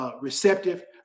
receptive